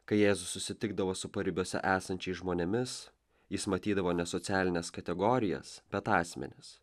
kai jėzus susitikdavo su paribiuose esančiais žmonėmis jis matydavo ne socialines kategorijas bet asmenis